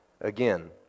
again